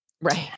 right